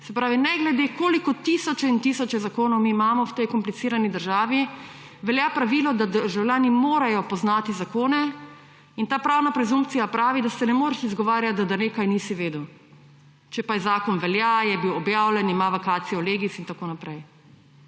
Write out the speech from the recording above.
se pravi, ne glede, koliko tisoče in tisoče zakonov mi imamo v tej komplicirani državi, velja pravilo, da državljani morajo poznati zakone in ta pravna presumpcija pravi, da se ne moreš izgovarjati, da nečesa nisi vedel. Če pa zakon velja, je bil objavljen, ima vacatio legis in tako naprej.